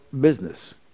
business